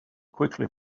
quickly